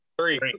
Three